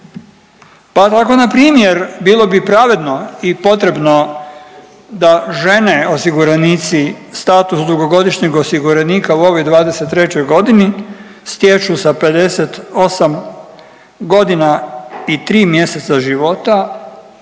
Pa tako na primjer bilo bi pravedno i potrebno da žene osiguranici status dugogodišnjeg osiguranika u ovoj 2023. godini stječu sa 58 godina i tri mjeseca života,